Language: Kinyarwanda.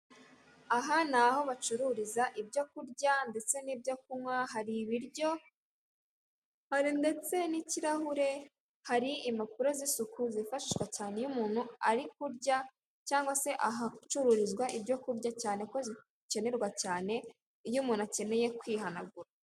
Aha ni aho bacururiza ibyo kurya ndetse n'ibyo kunywa hari ibiryo, hari ndetse n'ikirahure hari impapuro z'isuku zifashishwa cyane iyo umuntu ari kurya cyangwa se ahacururizwa ibyo kurya cyane ko zikenerwa cyane iyo umuntu akeneye kwihanagura.